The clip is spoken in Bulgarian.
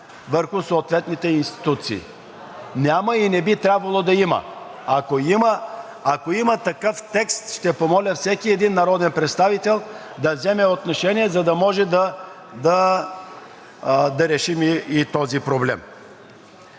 върху съответните институции. Няма и не би трябвало да има! Ако има – ако има такъв текст, ще помоля всеки един народен представител да вземе отношение, за да решим и този проблем.